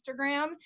Instagram